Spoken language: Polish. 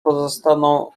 pozostaną